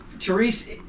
Therese